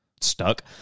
stuck